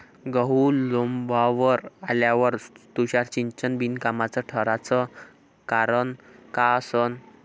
गहू लोम्बावर आल्यावर तुषार सिंचन बिनकामाचं ठराचं कारन का असन?